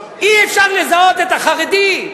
אי-אפשר לזהות את החרדי.